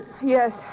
Yes